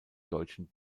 deutschen